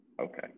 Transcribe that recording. Okay